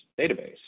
database